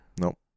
Nope